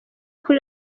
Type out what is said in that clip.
kuri